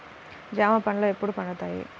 జామ పండ్లు ఎప్పుడు పండుతాయి?